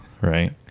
right